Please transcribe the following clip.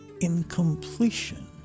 incompletion